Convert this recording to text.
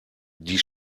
die